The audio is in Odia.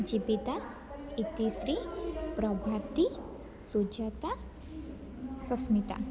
ଜୀବିତା ଇତିଶ୍ରୀ ପ୍ରଭାତି ସୁଜାତା ସସ୍ମିତା